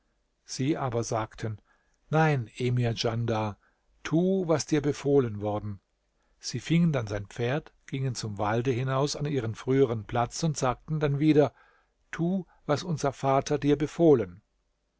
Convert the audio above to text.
sie aber sagten nein emir djandar tu was dir befohlen worden sie fingen dann sein pferd gingen zum walde hinaus an ihren frühern platz und sagten dann wieder tu was unser vater dir befohlen